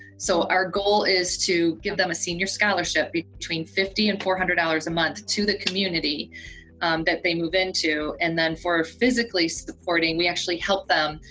so our goal is to give them a senior scholarship between fifty and four hundred dollars a month to the community that they move into, and then for physically supporting, we actually help them,